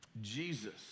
Jesus